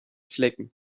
flecken